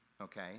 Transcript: okay